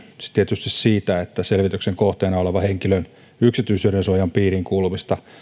tietysti selvityksen kohteena olevan henkilön yksityisyydensuojan piiriin kuuluvista